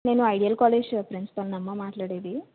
నేను ideal college ప్రిన్సిపల్నమ్మ మాట్లాడేది